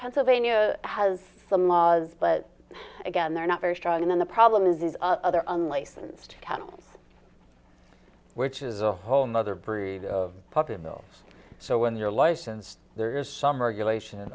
pennsylvania has some laws but again they're not very strong on the problem is these other unlicensed cattle which is a whole nother breed of puppy mills so when you're licensed there is some regulation